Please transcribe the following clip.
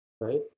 right